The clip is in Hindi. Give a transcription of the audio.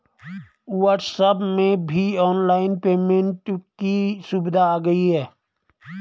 व्हाट्सएप में भी ऑनलाइन पेमेंट की सुविधा आ गई है